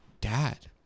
dad